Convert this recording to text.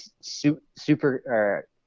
super